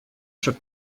sut